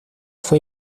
fue